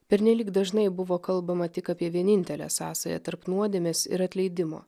pernelyg dažnai buvo kalbama tik apie vienintelę sąsają tarp nuodėmės ir atleidimo